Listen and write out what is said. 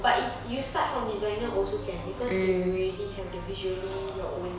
but if you start from designer also can because you already have the visually your own